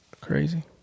Crazy